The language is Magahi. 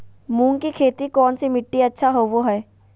मूंग की खेती कौन सी मिट्टी अच्छा होबो हाय?